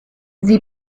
sie